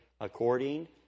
according